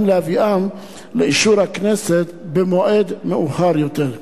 להביאם לאישור הכנסת במועד מאוחר יותר.